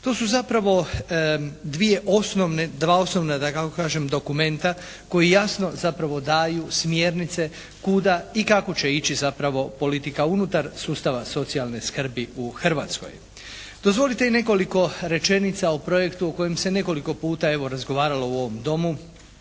osnovna da tako kažem dokumenta koji jasno zapravo daju smjernice kuda i kako će ići zapravo politika unutar sustava socijalne skrbi u Hrvatskoj. Dozvolite i nekoliko rečenica o projektu u kojem se nekoliko puta evo razgovaralo u ovom Domu.